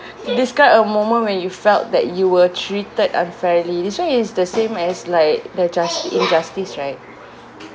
describe a moment when you felt that you were treated unfairly this [one] is the same as like the just~ injustice right